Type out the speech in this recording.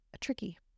tricky